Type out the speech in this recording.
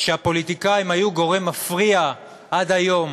שהפוליטיקאים היו גורם מפריע עד היום